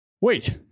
Wait